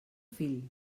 fill